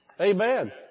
Amen